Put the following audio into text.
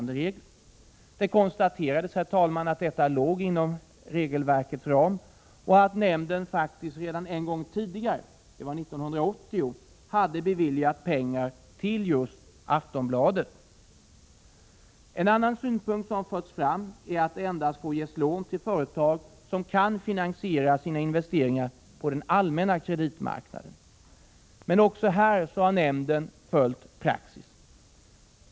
Det konstaterades att detta låg inom regelverkets ram och att nämnden faktiskt redan en gång tidigare — det var 1980 — hade beviljat pengar just till Aftonbladet. En annan synpunkt som förts fram är att det endast får ges lån till företag som inte kan finansiera sina investeringar på den allmänna kreditmarknaden. Men också här har nämnden följt praxis.